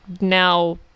now